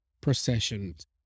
processions